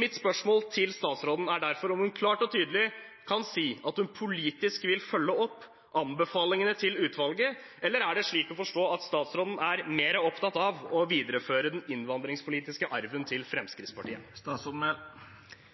Mitt spørsmål til statsråden er derfor om hun klart og tydelig kan si at hun politisk vil følge opp anbefalingene til utvalget, eller er det slik å forstå at statsråden er mer opptatt av å videreføre den innvandringspolitiske arven til